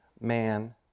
man